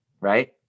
Right